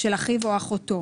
של אחיו או אחותו.